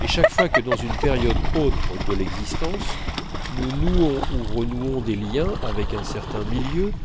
et chaque fois que dans une période autre de l'existence nous nouons ou renouons des liens avec un certain milieu